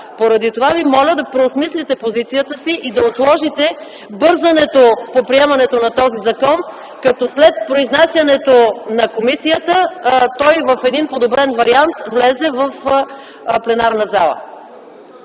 Поради това Ви моля да преосмислите позицията си и да отложите бързането по приемането на този закон, като след произнасянето на комисията той, в един подобрен вариант, влезе в пленарна зала.